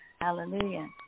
hallelujah